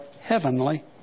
heavenly